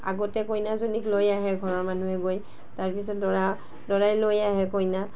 আগতে কইনাজনীক লৈ আহে ঘৰৰ মানুহে গৈ তাৰপিছত ল'ৰা ল'ৰাই লৈ আহে কইনা